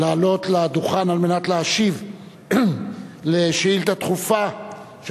לעלות לדוכן על מנת להשיב על שאילתא דחופה של